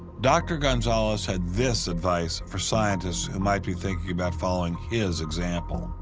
dr. gonzalez had this advice for scientists who might be thinking about following his example.